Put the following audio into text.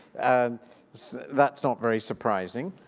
and that's not very surprising.